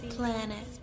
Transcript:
Planet